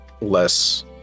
less